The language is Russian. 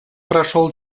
прошел